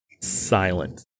Silent